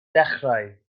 dechrau